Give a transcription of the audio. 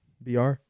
BR